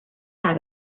had